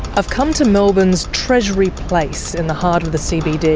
i've come to melbourne's treasury place in the heart of the cbd.